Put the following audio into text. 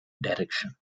direction